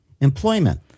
employment